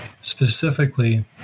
specifically